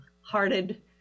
hearted